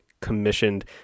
commissioned